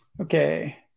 Okay